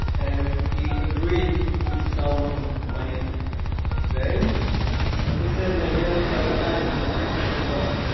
and he agreed with some of my saying but he said, my hands are tied because this is the law.